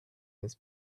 his